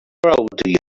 old